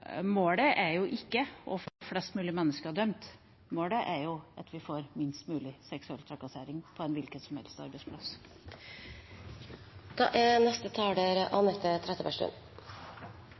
Målet er jo ikke å få flest mulig mennesker dømt, målet er at vi får minst mulig seksuell trakassering på en hvilken som helst arbeidsplass.